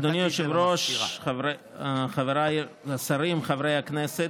אדוני היושב-ראש, חבריי השרים, חברי הכנסת,